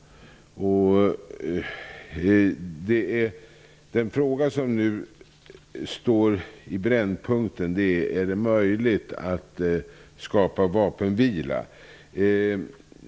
Den fråga som nu står i brännpunkten är om det är möjligt att skapa vapenvila.